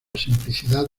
simplicidad